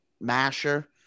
Masher